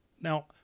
Now